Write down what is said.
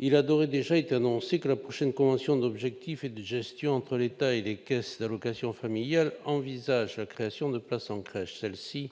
il a été annoncé que la prochaine convention d'objectifs et de gestion conclue entre l'État et les caisses d'allocations familiales comportera la création de places en crèche. Celles-ci